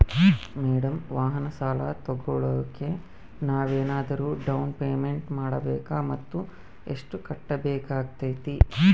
Madam ವಾಹನ ಸಾಲ ತೋಗೊಳೋಕೆ ನಾವೇನಾದರೂ ಡೌನ್ ಪೇಮೆಂಟ್ ಮಾಡಬೇಕಾ ಮತ್ತು ಎಷ್ಟು ಕಟ್ಬೇಕಾಗ್ತೈತೆ?